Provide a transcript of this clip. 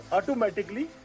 automatically